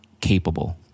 capable